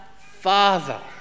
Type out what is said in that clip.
Father